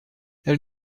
elle